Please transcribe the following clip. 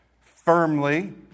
firmly